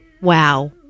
Wow